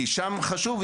כי שם חשוב,